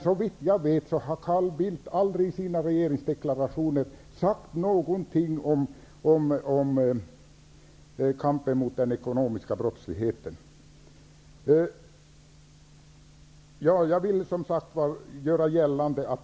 Såvitt jag vet har Carl Bildt i sin regeringsdeklaration inte sagt någonting om kampen mot den ekonomiska brottsligheten.